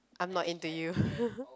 I'm not into you